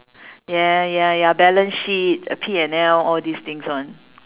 ya ya ya balance sheet P&L all these things [one]